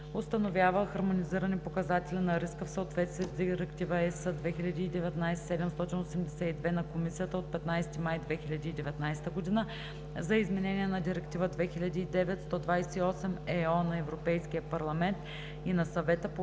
установява хармонизирани показатели на риска в съответствие с Директива (ЕС) 2019/782 на Комисията от 15 май 2019 г. за изменение на Директива 2009/128/ЕО на Европейския парламент и на Съвета по